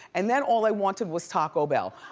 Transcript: and then all i wanted was taco bell.